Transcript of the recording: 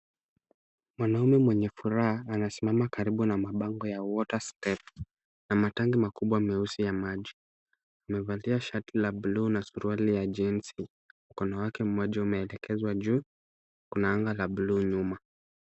Mwanaume mwenye furaha anasimama karibu na mabango ya WaterStep na matangi makubwa meusi ya maji. Amevalia shati la buluu na suruali ya jinzi . Mkono wake mmoja umeelekezwa juu. Kuna anga la buluu nyuma.